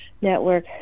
network